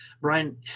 brian